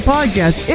Podcast